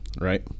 right